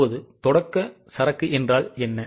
இப்போது தொடக்க சரக்கு என்றால் என்ன